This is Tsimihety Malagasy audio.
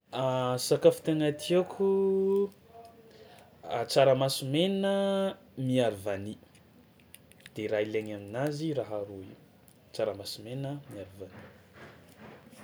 Sakafo tegna tiàko a tsaramaso mena miaro vany de raha ilaigna aminazy raha roy: tsaramaso mena miaro vany.